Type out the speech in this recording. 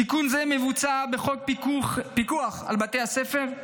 תיקון זה מבוצע בחוק פיקוח על בתי הספר.